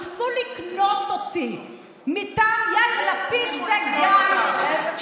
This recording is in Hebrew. ניסו לקנות אותי מטעם יאיר לפיד וגנץ,